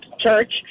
church